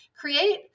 create